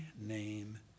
name